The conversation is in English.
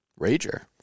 rager